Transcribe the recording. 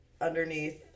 underneath